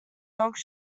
dogs